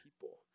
people